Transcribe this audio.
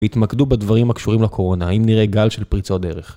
התמקדו בדברים הקשורים לקורונה האם נראה גל של פריצות דרך.